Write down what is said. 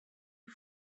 you